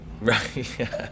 Right